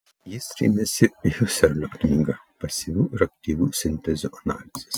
jis rėmėsi husserlio knyga pasyvių ir aktyvių sintezių analizės